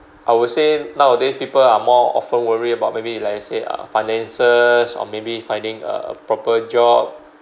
I would say nowadays people are more often worry about maybe like I said uh finances or maybe finding a proper job